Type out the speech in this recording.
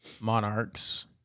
monarchs